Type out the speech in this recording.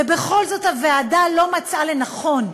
ובכל זאת הוועדה לא מצאה לנכון,